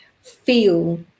feel